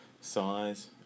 size